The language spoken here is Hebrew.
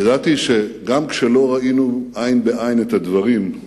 ידעתי שגם כשלא ראינו עין בעין את הדברים,